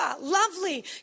lovely